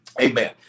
Amen